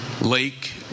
Lake